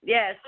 Yes